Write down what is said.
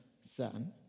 son